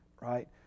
right